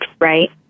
right